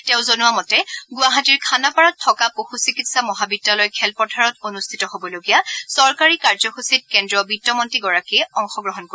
তেওঁ জনোৱা মতে গুৱাহাটীৰ খানাপাৰাত থকা পশু চিকিৎসা মহাবিদ্যালয় খেলপথাৰত অনুষ্ঠিত হ'বলগীয়া চৰকাৰী কাৰ্যসূচীত কেন্দ্ৰীয় বিত্তমন্ত্ৰীগৰাকীয়ে অংশগ্ৰহণ কৰিব